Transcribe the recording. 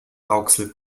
rauxel